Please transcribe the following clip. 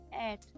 add